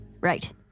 Right